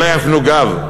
שלא יפנו גב.